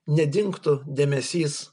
nedingtų dėmesys